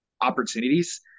opportunities